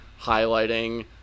highlighting